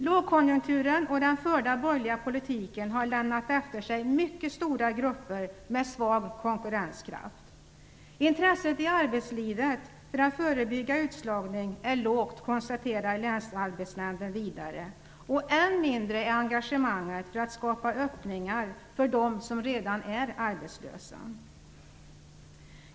Lågkonjunkturen och den förda borgerliga politiken har lämnat efter sig mycket stora grupper med svag konkurrenskraft. Intresset i arbetslivet för att förebygga utslagning är lågt, konstaterar länsarbetsnämnden vidare, och än mindre är engagemanget för att skapa öppningar för dem som redan är arbetslösa.